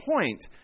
point